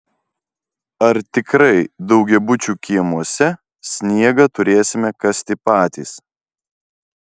ar tikrai daugiabučių kiemuose sniegą turėsime kasti patys